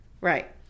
Right